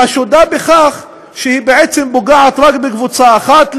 חשודה בכך שבעצם היא פוגעת רק בקבוצה אחת,